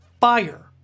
fire